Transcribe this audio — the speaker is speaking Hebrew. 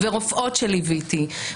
ורופאות שליוויתי,